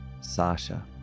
Sasha